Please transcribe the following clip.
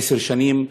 עשר שנים,